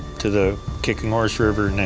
to the kicking horse river,